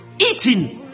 eating